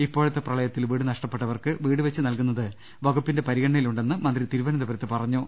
ഇപ്പോഴത്തെ പ്രളയത്തിൽ വീട് നഷ്ടപ്പെട്ടവർക്ക് വീടുവെച്ച് നൽകുന്നത് വകുപ്പിന്റെ പരിഗണ്നയിലുണ്ടെന്ന് മന്ത്രി തിരുവന ന്തപുരത്ത് പറഞ്ഞു